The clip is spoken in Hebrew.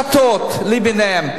כל ההפרטות למיניהן,